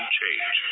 change